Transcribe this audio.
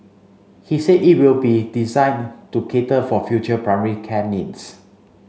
he said it will be designed to cater for future primary care needs